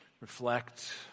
reflect